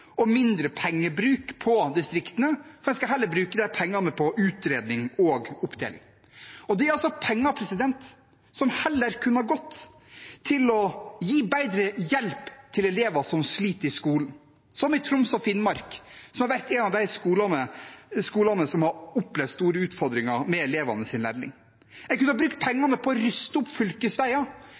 og mindre pengebruk på distriktene, for de skal heller bruke de pengene på utredning og oppdeling. Det er penger som heller kunne ha gått til å gi bedre hjelp til elever som sliter i skolen, som i Troms og Finnmark, som har noen av de skolene som har opplevd store utfordringer med elevenes læring. En kunne ha brukt pengene på å ruste opp fylkesveier,